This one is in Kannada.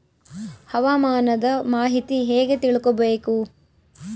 ಹವಾಮಾನದ ಮಾಹಿತಿ ಹೇಗೆ ತಿಳಕೊಬೇಕು?